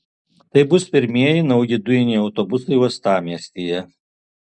tai bus pirmieji nauji dujiniai autobusai uostamiestyje